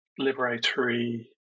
liberatory